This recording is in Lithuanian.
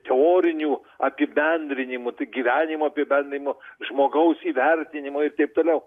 teorinių apibendrinimų tai gyvenimo apibendrinimo žmogaus įvertinimo ir taip toliau